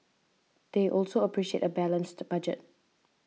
they also appreciate a balanced budget